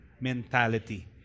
mentality